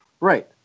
Right